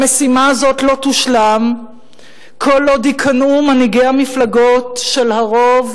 המשימה הזאת לא תושלם כל עוד ייכנעו מנהיגי המפלגות של הרוב,